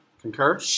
concur